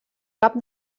cap